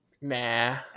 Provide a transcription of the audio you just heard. Nah